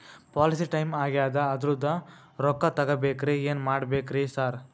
Policy time ಆಗ್ಯಾದ ಅದ್ರದು ರೊಕ್ಕ ತಗಬೇಕ್ರಿ ಏನ್ ಮಾಡ್ಬೇಕ್ ರಿ ಸಾರ್?